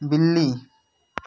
बिल्ली